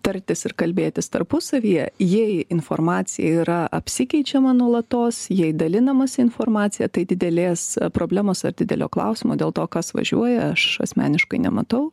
tartis ir kalbėtis tarpusavyje jei informacija yra apsikeičiama nuolatos jei dalinamasi informacija tai didelės problemos ar didelio klausimo dėl to kas važiuoja aš asmeniškai nematau